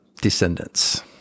descendants